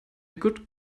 good